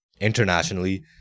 Internationally